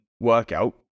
workout